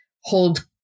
hold